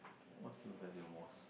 what do you value most